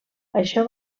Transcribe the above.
això